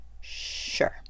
sure